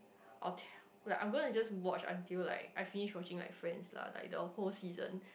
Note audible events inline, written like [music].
oh the~ [breath] like I'm going to watch until like I finish watching my friend lah by the whole season